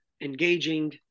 engaging